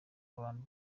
abantu